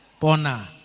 Pona